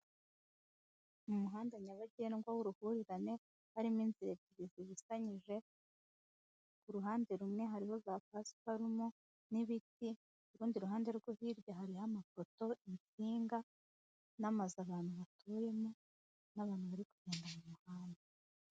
Mu muhanda nyabagendwa w'uruhurirane, harimo inzira ebyiri zibusanyije, ku ruhande rumwe harimo za pasparumo n'ibiti, ku rundi ruhande rwo hirya hariho amapoto, intsinga n'amazu abantu batuyemo n'abantu bari kugendamu muhanda.